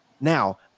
Now